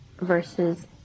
versus